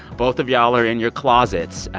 both of y'all are in your closets.